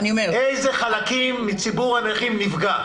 מי מציבור הנכים נפגע,